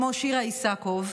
כמו שירה איסקוב,